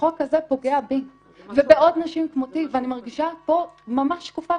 החוק הזה פוגע בי ובעוד נשים כמותי ואני מרגישה פה ממש שקופה,